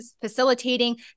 facilitating